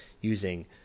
using